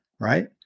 Right